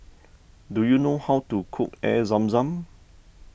do you know how to cook Air Zam Zam